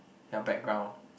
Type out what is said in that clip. your background